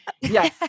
Yes